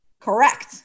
correct